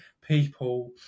people